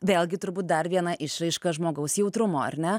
vėlgi turbūt dar viena išraiška žmogaus jautrumo ar ne